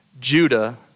Judah